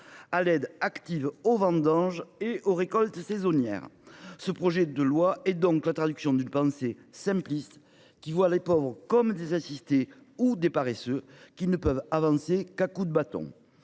à l’aide active aux vendanges et récoltes agricoles saisonnières. Ce projet de loi est la traduction d’une pensée simpliste, qui fait des pauvres des assistés ou des paresseux qui ne peuvent avancer qu’à coups de bâton.